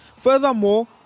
furthermore